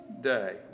day